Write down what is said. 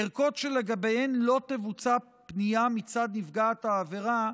ערכות שלגביהן לא תבוצע פנייה מצד נפגעת העבירה,